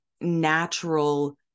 natural